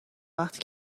وقتی